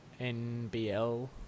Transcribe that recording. NBL